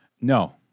no